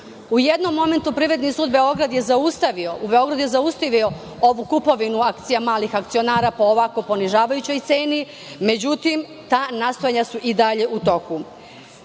jednom momentu, Privredni sud u Beogradu je zaustavio ovu kupovinu akcija malih akcionara po ovako ponižavajućoj ceni. Međutim, ta nastojanja su i dalje u toku. Kako